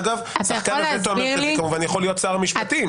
אגב שחקן הווטו המרכזי כמובן יכול להיות שר המשפטים,